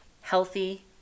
healthy